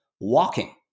walking